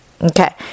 Okay